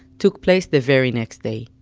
took place the very next day.